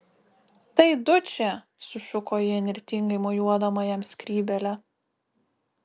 tai dučė sušuko ji įnirtingai mojuodama jam skrybėle